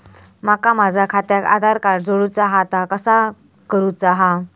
माका माझा खात्याक आधार कार्ड जोडूचा हा ता कसा करुचा हा?